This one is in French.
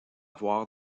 voir